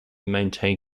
maintain